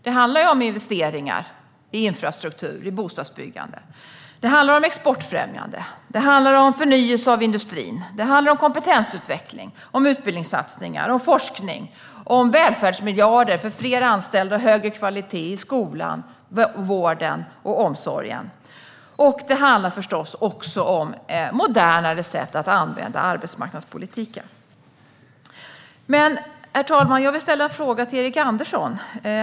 Det handlar om investeringar i infrastruktur och bostadsbyggande. Det handlar om exportfrämjande. Det handlar om förnyelse av industrin. Det handlar om kompetensutveckling, utbildningssatsningar och forskning. Det handlar om välfärdsmiljarder för fler anställda och högre kvalitet i skolan, vården och omsorgen. Det handlar förstås också om modernare sätt att använda arbetsmarknadspolitiken. Herr talman! Jag vill ställa en fråga till Erik Andersson.